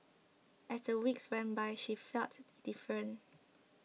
as the weeks went by she felt different